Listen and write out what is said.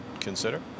consider